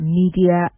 media